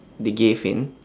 they gave in